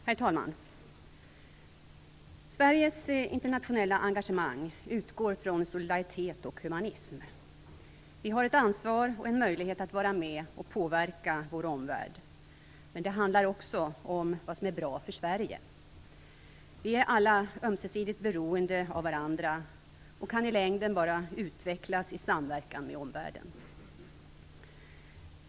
Herr talman! Sveriges internationella engagemang utgår från solidaritet och humanism. Vi har ett ansvar och en möjlighet att vara med och påverka vår omvärld. Men det handlar också om vad som är bra för Sverige. Vi är alla ömsesidigt beroende av varandra och kan i längden bara utvecklas i samverkan med omvärlden.